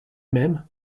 m’aime